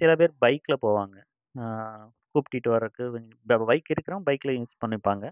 சில பேர் பைக்கில் போவாங்க கூப்ட்டுட்டு வர்றதுக்கு இந்த பைக் இருக்கிறவன் பைக்கில் யூஸ் பண்ணிப்பாங்க